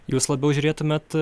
jūs labiau žiūrėtumėt